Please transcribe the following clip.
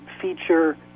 feature